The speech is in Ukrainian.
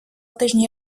тижні